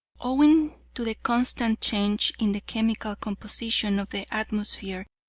owing to the constant change in the chemical composition of the atmosphere,